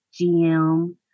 GM